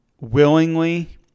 willingly